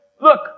look